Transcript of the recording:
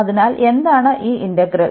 അതിനാൽ എന്താണ് ഈ ഇന്റഗ്രൽ